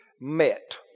met